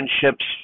friendships